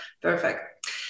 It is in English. perfect